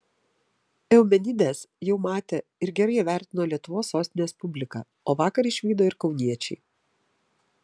eumenides jau matė ir gerai įvertino lietuvos sostinės publika o vakar išvydo ir kauniečiai